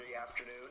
afternoon